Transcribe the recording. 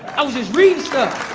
i was just reading stuff!